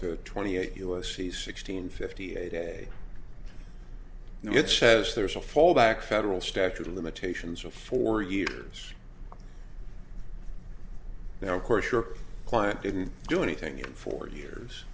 to twenty eight us she's sixteen fifty a day now that says there's a fallback federal statute of limitations for four years now of course your client didn't do anything in four years